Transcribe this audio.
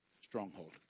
stronghold